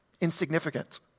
insignificant